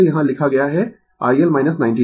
इसे यहाँ लिखा गया है iL 90 o